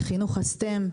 לחינוך ה-stem,